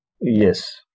Yes